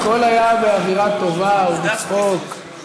הכול היה באווירה טובה ובצחוק.